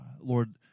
Lord